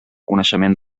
coneixement